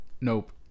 nope